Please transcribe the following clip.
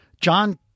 John